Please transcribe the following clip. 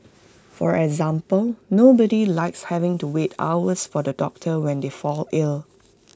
for example nobody likes having to wait hours for the doctor when they fall ill